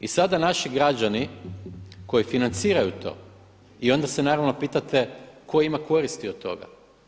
I sada naši građani koji financiraju to, i onda se naravno pitate tko ima koristi od toga?